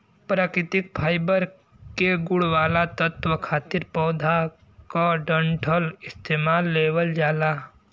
प्राकृतिक फाइबर के गुण वाला तत्व खातिर पौधा क डंठल इस्तेमाल लेवल जाला